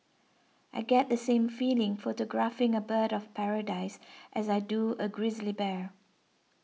I get the same feeling photographing a bird of paradise as I do a grizzly bear